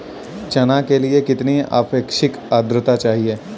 चना के लिए कितनी आपेक्षिक आद्रता चाहिए?